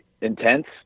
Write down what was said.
intense